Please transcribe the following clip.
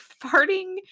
farting